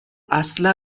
اصلا